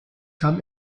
kam